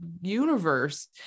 universe